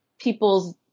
people's